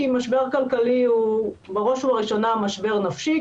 כי משבר כלכלי הוא בראש ובראשונה משבר נפשי,